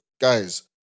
guys